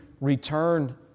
return